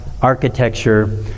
architecture